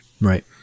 Right